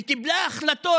וקיבלה החלטות.